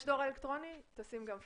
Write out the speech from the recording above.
יש דואר אלקטרוני, תשים גם פקס.